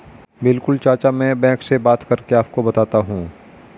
बिल्कुल चाचा में बैंक से बात करके आपको बताता हूं